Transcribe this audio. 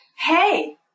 hey